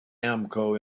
amco